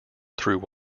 through